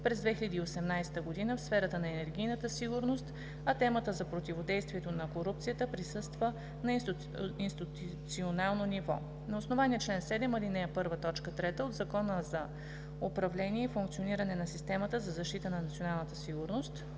през 2018 г. в сферата на енергийната сигурност, а темата за противодействието на корупцията присъства на институционално ниво. На основание чл. 7, ал. 1, т. 3 от Закона за управление и функциониране на системата за защита на националната сигурност